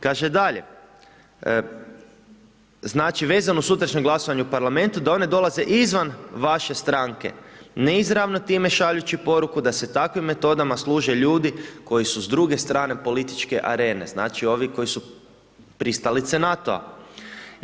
Kaže dalje, znači vezano uz sutrašnje glasovanje u Parlamentu da one dolaze izvan vaše stranke, neizravno time šaljući poruku da se takvim metodama služe ljudi koji su s druge strane političke arene, znači ovi koji su pristalice NATO-a.